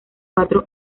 cuatro